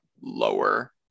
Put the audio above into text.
lower